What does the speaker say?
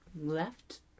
left